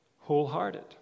wholehearted